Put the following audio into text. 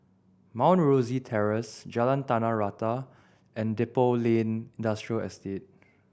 Mount Rosie Terrace Jalan Tanah Rata and Depot Lane Industrial Estate